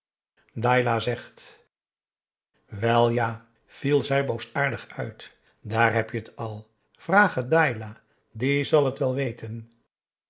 dailah zegt wel ja viel zij boosaardig uit daar heb je t al vraag het dailah die zal het wel weten